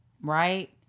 Right